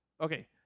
Okay